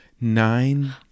Nine